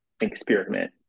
experiment